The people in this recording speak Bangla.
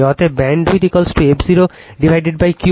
অতএব ব্যান্ডউইথf 0 Q